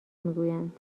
میگویند